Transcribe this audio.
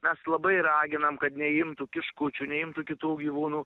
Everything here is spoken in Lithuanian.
mes labai raginam kad neimtų kiškučių neimtų kitų gyvūnų